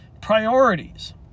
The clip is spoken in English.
priorities